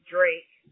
Drake